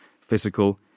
physical